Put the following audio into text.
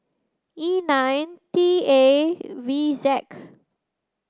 E nine T A V